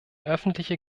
öffentliche